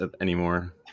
anymore